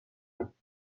بداریم